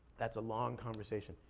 that's a long conversation.